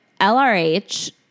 LRH